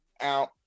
out